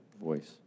voice